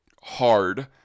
hard